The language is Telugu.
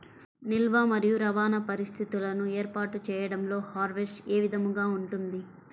నిల్వ మరియు రవాణా పరిస్థితులను ఏర్పాటు చేయడంలో హార్వెస్ట్ ఏ విధముగా ఉంటుంది?